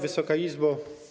Wysoka Izbo!